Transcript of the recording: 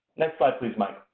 next slide, please, mike.